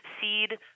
seed